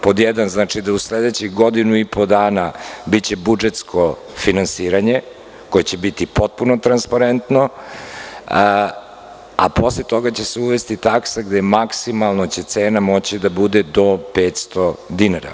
Pod jedan, u sledećih godinu i po dana biće budžetsko finansiranje koje će biti potpuno transparentno, a posle toga će se uvesti taksa gde će cena maksimalno moći da bude 500 dinara.